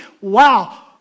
wow